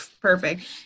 perfect